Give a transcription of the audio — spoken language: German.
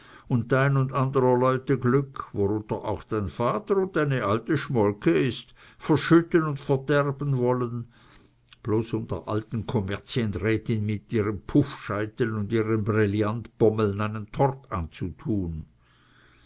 un dein un andrer leute glück worunter auch dein vater un deine alte schmolke is verschütten un verderben wollen bloß um der alten kommerzienrätin mit ihrem puffscheitel und ihren brillantbommeln einen tort anzutun